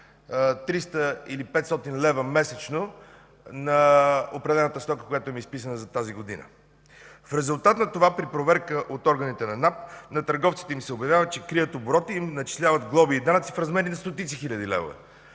300 или 500 лв. месечно на определената стока, изписана за тази година. В резултат на това при проверка от органите на НАП на търговците им се обявява, че крият оборот и им начисляват глоби и данъци в размер на стотици хиляди левове.